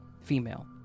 Female